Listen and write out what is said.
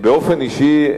באופן אישי,